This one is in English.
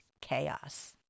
chaos